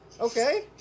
Okay